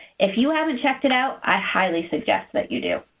if you haven't checked it out, i highly suggest that you do.